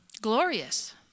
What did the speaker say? Glorious